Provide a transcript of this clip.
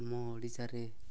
ଆମ ଓଡ଼ିଶାରେ